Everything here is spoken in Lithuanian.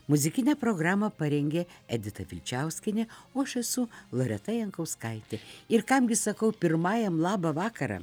muzikinę programą parengė edita vilčiauskienė o aš esu loreta jankauskaitė ir kam gi sakau pirmajam labą vakarą